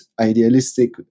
idealistic